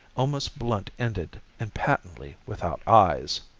almost blunt ended and patently without eyes.